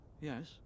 Yes